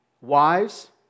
Wives